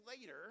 later